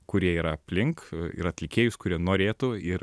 kurie yra aplink ir atlikėjus kurie norėtų ir